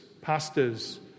Pastors